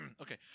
okay